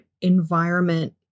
environment